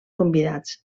convidats